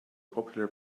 popular